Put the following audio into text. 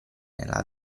nella